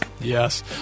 Yes